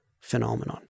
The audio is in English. phenomenon